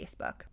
Facebook